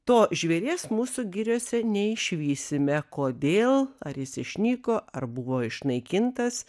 to žvėries mūsų giriose neišvysime kodėl ar jis išnyko ar buvo išnaikintas